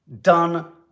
done